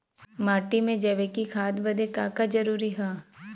माटी में जैविक खाद बदे का का जरूरी ह?